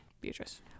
Beatrice